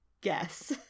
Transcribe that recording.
guess